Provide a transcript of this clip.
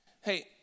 Hey